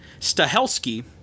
Stahelski